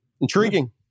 Intriguing